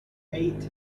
eight